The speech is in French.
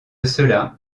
cela